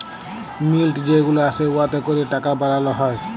মিল্ট যে গুলা আসে উয়াতে ক্যরে টাকা বালাল হ্যয়